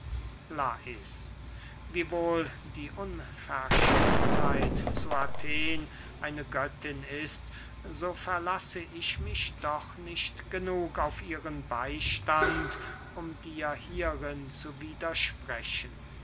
lais wiewohl die unverschämtheit zu athen eine göttin ist so verlasse ich mich doch nicht genug auf ihren beystand um dir hierin zu widersprechen